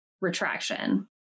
retraction